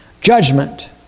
judgment